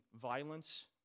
violence